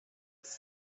was